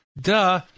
duh